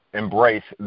embrace